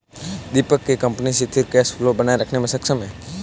दीपक के कंपनी सिथिर cash flow बनाए रखने मे सक्षम है